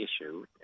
issue